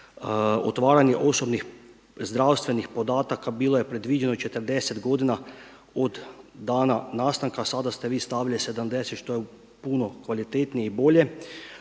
otvaranje osobnih zdravstvenih podataka bilo je predviđeno 40 godina od dana nastanka, sada ste vi stavili 70 što je puno kvalitetnije i bilje.